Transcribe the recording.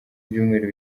ibyumweru